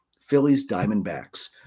Phillies-Diamondbacks